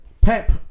Pep